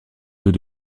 taux